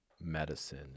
medicine